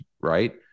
right